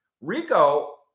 Rico